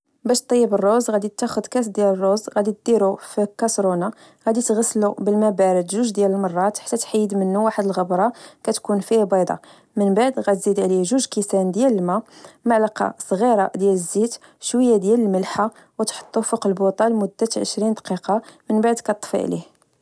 باش طيب الروز، غدي تاخد كاس ديال الروز ، غدي ديرو في كسرونة، غدي تغسلو بالما بارد جوج ديال المرات حتى تحيد منو واحد الغبرة كتكون فيه بيضة، من بعد غدي تزيد عليه جوج الكيسان ديال الما، معلقة صغيرة ديال الزيت، شوية ديال الملحة، أو تحطو فوق البوطة لمدة عشرين دقيقة، من بعد كطفي عليه